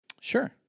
Sure